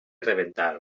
rebentar